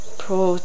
pro